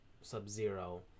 Sub-Zero